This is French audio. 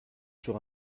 sur